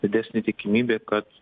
didesnė tikimybė kad